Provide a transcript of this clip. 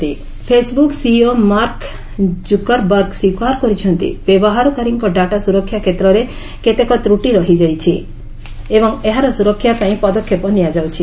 Facebook କୁକରବଗ Facebook CEO Mark Zuckerberg ସ୍ପୀକାର କରିଛନ୍ତି ବ୍ୟବହାରକାରୀଙ୍କ ଡାଟା ସ୍ତରକ୍ଷା କ୍ଷେତ୍ରରେ କେତେକ ତ୍ରଟି ରହିଯାଇଛି ଏବଂ ଏହାର ସୁରକ୍ଷାପାଇଁ ପଦକ୍ଷେପ ନିଆଯାଉଛି